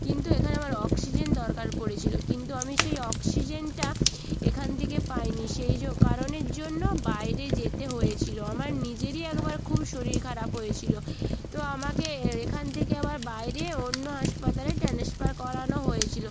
কিন্তু এখানে আমার অক্সিজেন দরকার পড়েছিলো কিন্তু আমি সেই অক্সিজেনটা এখান থেকে পাই নি সেই জ কারণের জন্য বাইরে যেতে হয়েছিলো আমার নিজেরই একবার খুব শরীর খারাপ হয়েছিলো তো আমাকে এএখান থেকে আবার বাইরে অন্য হাসপাতালে ট্রান্সফার করানো হয়েছিলো